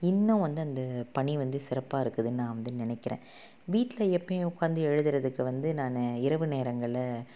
இன்னும் வந்து அந்த பணி வந்து சிறப்பாக இருக்குதுன்னு நான் வந்து நினக்கிறேன் வீட்டில் எப்போயும் உட்காந்து எழுதறதுக்கு வந்து நான் இரவு நேரங்களை